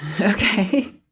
okay